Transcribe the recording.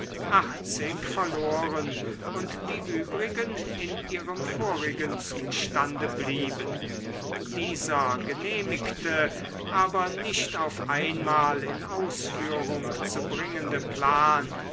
achtzig verloren und die übrigen in ihrem vorigen zustande blieben dieser genehmigte aber nicht auf einmal in ausführung zu bringende plan